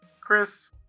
Chris